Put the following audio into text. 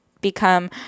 become